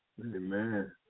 Amen